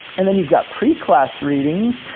and then you've got pre-class readings.